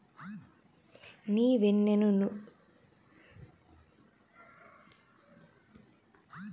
నీవెన్ని నూనలు మార్చినా కల్తీసారా మానుకుంటే ఏమి లాభంలా